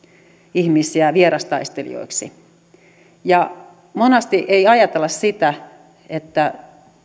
ihmisiä vierastaistelijoiksi monasti ei ajatella sitä että